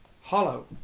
hollow